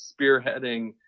spearheading